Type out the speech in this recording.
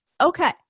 Okay